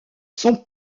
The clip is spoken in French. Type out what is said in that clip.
son